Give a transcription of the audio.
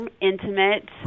intimate